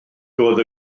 doedd